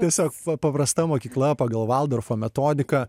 tiesiog va paprasta mokykla pagal valdorfo metodiką